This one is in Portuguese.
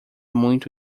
muito